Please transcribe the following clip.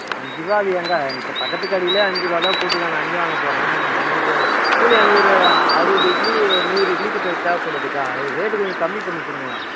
அஞ்சுரூபா அதிகங்க்கா எங்கள் பக்கத்து கடையிலேயே அஞ்சுரூபாதான் போட்டிருக்காங்க நான் அங்கே வாங்கப்போகிறேன் நம்மளுக்கு கூலி ஆள் ஒரு அறுபது இட்லி ஒரு நூறு இட்லி கிட்ட தேவைப்படுதுக்கா ரேட்டு கொஞ்சம் கம்மி பண்ணி கொடுங்களேன்